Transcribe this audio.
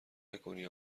نکنی